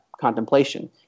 contemplation